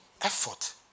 Effort